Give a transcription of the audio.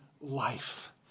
life